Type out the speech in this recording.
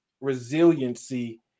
resiliency